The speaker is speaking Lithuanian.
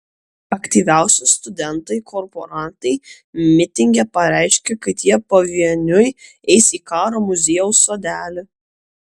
aktyviausi studentai korporantai mitinge pareiškė kad jie pavieniui eis į karo muziejaus sodelį